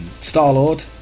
Star-Lord